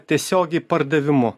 tiesiogiai pardavimu